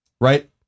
right